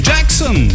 Jackson